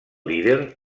líder